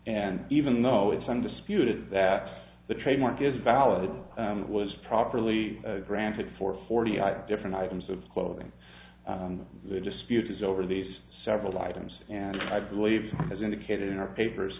and even though it's undisputed that the trademark is valid that was properly granted for forty five different items of clothing the dispute is over these several items and i believe as indicated in our papers